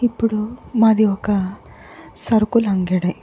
ఇప్పుడు మాది ఒక సరుకుల అంగడి